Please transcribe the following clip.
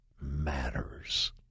matters